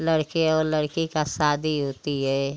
लड़के और लड़की का शादी होती है